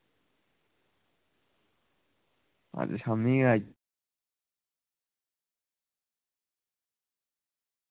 ते आं शामीं